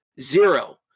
zero